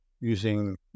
using